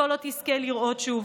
שאותו לא תזכה לראות שוב.